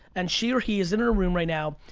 and she or he is in her room right now,